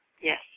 yes